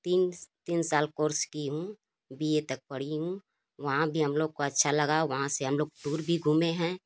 तीन तीन साल कोर्स की हूँ बी ए तक पढ़ी हूँ वहाँ भी हम लोग को अच्छा लगा वहाँ से हम लोग टूर भी घूमें हैं